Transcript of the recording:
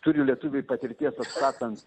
turi lietuviai patirties atstatant